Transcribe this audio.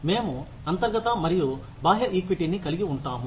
మేము అంతర్గత మరియు బాహ్య ఈక్విటీని కలిగిఉంటాము